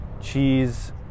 cheese